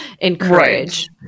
encourage